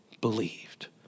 believed